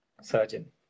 surgeon